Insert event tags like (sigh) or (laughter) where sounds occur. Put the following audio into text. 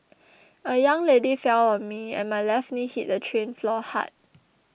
(noise) a young lady fell on me and my left knee hit the train floor hard